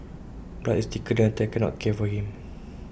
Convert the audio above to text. blood is thicker than I can't not care for him